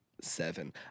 seven